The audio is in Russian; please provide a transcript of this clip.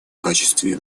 качестве